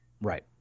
Right